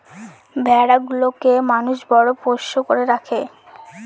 ভেড়া গুলোকে মানুষ বড় পোষ্য করে রাখে